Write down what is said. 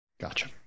Gotcha